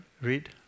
read